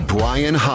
Brian